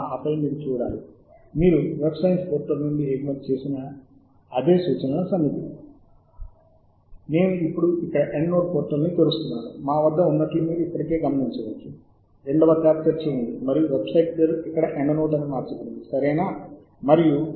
ఒకసారి మీరు ఇక్కడ కలిగి ఉన్న ఎంపికలను ఎంచుకుని ఈ సమాచారమును ఎగుమతి చేయడానికి మీరు ఇక్కడ అప్ లోడ్ బటన్ పై క్లిక్ చేయవచ్చు మీ డెస్క్టాప్లో బిబ్టెక్స్ ఫైల్గా మరియు ఇది మీ డెస్క్టాప్కు ఫైల్గా వస్తుంది మీ డౌన్లోడ్ ఫోల్డర్లో సేవ్ చేయబడింది